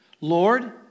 Lord